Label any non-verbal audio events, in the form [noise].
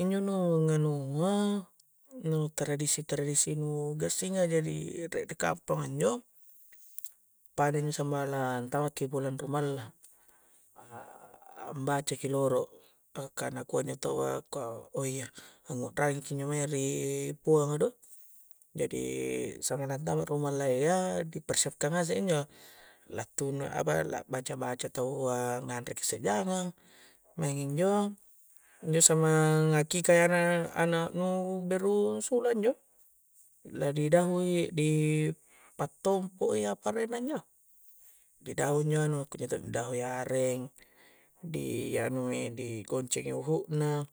Injo nu nganua nu tradisi-tradisi nu gassinga ja riek ri kamponga injo pada injo samang la antama ki bulang rumalla [hesitation] ambaca ki rolo [hesitation] ka nakua njo taua [unintelligible] iya angukrangi ki injo mae ri puanga do jadi samang lantama i rumallayya di persiapkan ngasek injo la [unintelligible] lakbaca-baca taua ngare ki isse jangang main injo injo samang akikah i ana-anak nu beru ansuu injo la di dahu i pattompo [hesitation] apa arengna injo di dahu injo anu kunjo to' ni dahu i areng di anui di goncingi uhu'na